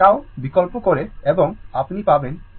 tau বিকল্প করে এবং আপনি পাবেন e পাওয়ার 2000 t